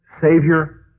Savior